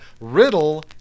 Riddle